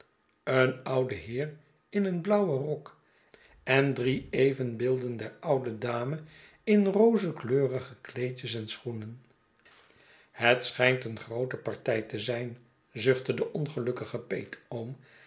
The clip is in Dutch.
een oude heer in een blauwen rok en drie evenbeelden der oude dame in rozenkleurige kleedjes en schoenen het schijnt een groote party te zijn zuchtte de ongelukkige